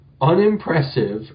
unimpressive